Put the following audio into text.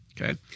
okay